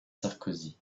sarkozy